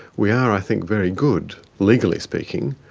we are i think very good, legally speaking,